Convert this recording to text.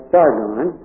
Sargon